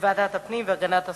בוועדת הפנים והגנת הסביבה.